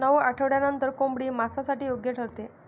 नऊ आठवड्यांनंतर कोंबडी मांसासाठी योग्य ठरते